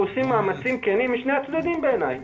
אנחנו עושים מאמצים כנים משני הצדדים בעיני,